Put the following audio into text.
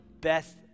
best